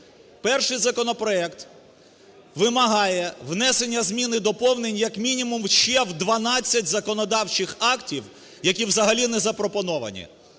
Перший законопроект вимагає внесення змін і доповнень як мінімуму ще в 12 законодавчих актів, які взагалі не запропоновані.